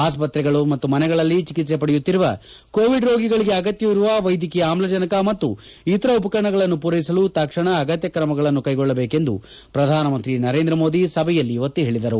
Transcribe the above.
ಆಸ್ಪತ್ರೆಗಳು ಮತ್ತು ಮನೆಗಳಲ್ಲಿ ಚಿಕಿತ್ಲೆ ಪಡೆಯುತ್ತಿರುವ ಕೋವಿಡ್ ರೋಗಿಗಳಿಗೆ ಅಗತ್ಯವಿರುವ ವೈದ್ಯಕೀಯ ಆಮ್ಲಜನಕ ಮತ್ತು ಇತರ ಉಪಕರಣಗಳನ್ನು ಪೂರೈಸಲು ತಕ್ಷಣ ಅಗತ್ಯ ಕ್ರಮಗಳನ್ನು ಕೈಗೊಳ್ಳಬೇಕೆಂದು ಪ್ರಧಾನಮಂತ್ರಿ ನರೇಂದ್ರಮೋದಿ ಸಭೆಯಲ್ಲಿ ಒತ್ತಿ ಹೇಳಿದರು